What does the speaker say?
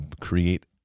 create